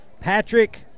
Patrick